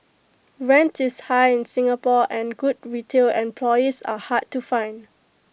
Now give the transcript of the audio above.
rent is high in Singapore and good retail employees are hard to find